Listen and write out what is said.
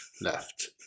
left